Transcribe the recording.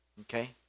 Okay